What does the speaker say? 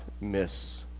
miss